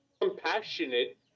compassionate